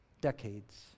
decades